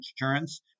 insurance